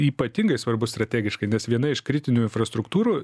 ypatingai svarbus strategiškai nes viena iš kritinių infrastruktūrų